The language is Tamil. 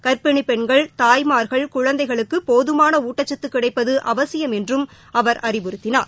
கர்ப்பிணிப் பெண்கள் தாய்மார்கள் குழந்தைகளுக்குபோதுமானஊட்டச்சத்துகிடைப்பதுஅவசியம் என்றும் அவர் வலியுறுத்தினார்